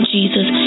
Jesus